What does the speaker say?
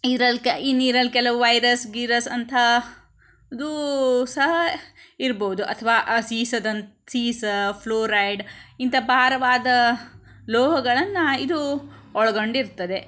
ನೀರಲ್ಲಿ ನೀರಲ್ಲಿ ಕೆಲವು ವೈರಸ್ ಗೀರಸ್ ಅಂಥ ಅದೂ ಸಹ ಇರ್ಬೋದು ಅಥವಾ ಆ ಸೀಸದಂಥ ಸೀಸ ಫ್ಲೋರೈಡ್ ಇಂಥ ಭಾರವಾದ ಲೋಹಗಳನ್ನು ಇದು ಒಳಗೊಂಡಿರ್ತದೆ